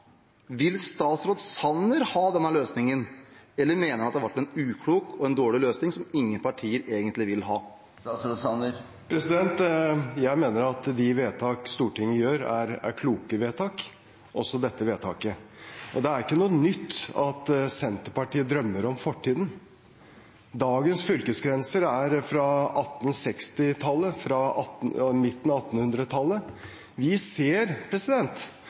Vil statsråd Sanner ha denne løsningen, eller mener han det har vært en uklok og dårlig løsning, som ingen partier egentlig vil ha? Jeg mener at de vedtak Stortinget gjør, er kloke vedtak – også dette vedtaket. Det er ikke noe nytt at Senterpartiet drømmer om fortiden. Dagens fylkesgrenser er fra 1860-tallet – fra midten av 1800-tallet. Vi ser